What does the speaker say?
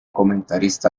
comentarista